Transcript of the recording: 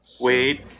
Wait